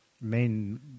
main